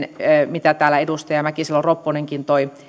mitä täällä edustaja mäkisalo ropponenkin toi